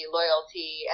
loyalty